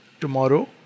tomorrow